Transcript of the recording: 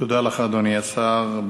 תודה לך, אדוני השר.